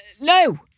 no